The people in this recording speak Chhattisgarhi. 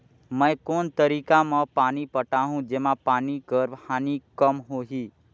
मैं कोन तरीका म पानी पटाहूं जेमा पानी कर हानि कम होही?